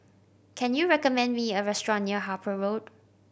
can you recommend me a restaurant near Harper Road